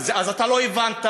אז אתה לא הבנת,